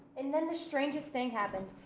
and then the strangest thing happened.